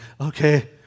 okay